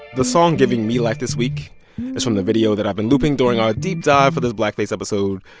the song giving me life this week is from the video that i've been looping during our deep dive for this blackface episode.